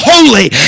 Holy